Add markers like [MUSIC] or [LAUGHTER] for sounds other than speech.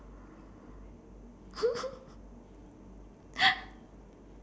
[LAUGHS]